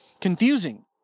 confusing